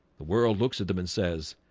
the world looks at them and says,